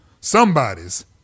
somebody's